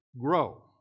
grow